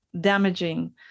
damaging